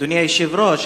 אדוני היושב-ראש,